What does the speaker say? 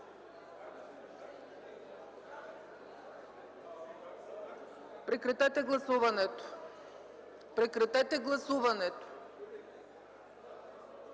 Прекратете гласуването, прекратете гласуването!